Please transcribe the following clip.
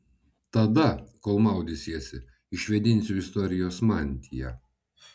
tada kol maudysiesi išvėdinsiu istorijos mantiją